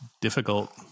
difficult